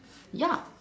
ya